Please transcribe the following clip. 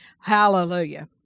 Hallelujah